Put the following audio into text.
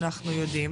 אנחנו יודעים,